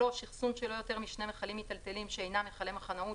אחסון של לא יותר משני מכלים מיטלטלים שאינם מכלי מחנאות,